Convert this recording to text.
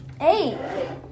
Eight